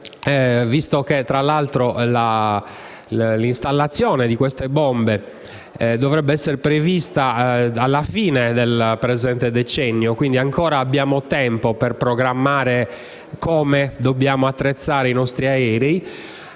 visto che l'installazione di queste bombe dovrebbe avvenire alla fine del presente decennio e ancora abbiamo tempo per programmare come dobbiamo attrezzare i nostri aerei,